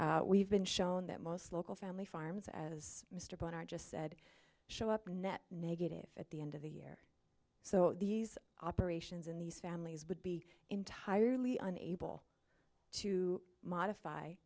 we've been shown that most local family farms as mr boehner just said show up net negative at the end of the year so these operations in these families would be entirely unable to modify